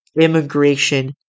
immigration